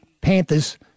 Panthers